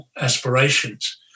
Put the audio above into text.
aspirations